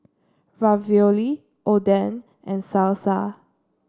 Ravioli Oden and Salsa